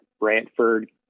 brantford